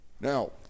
Now